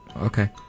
okay